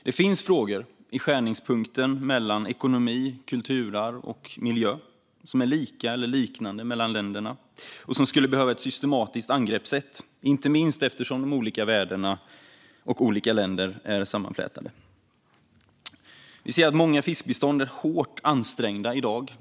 Det finns frågor i skärningspunkten mellan ekonomi, kulturarv och miljö som är lika eller liknande mellan länderna och som skulle behöva ett systematiskt angreppssätt, inte minst eftersom de olika värdena och olika länder är sammanflätade. Vi ser att många fiskbestånd är hårt ansträngda i dag.